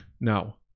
Now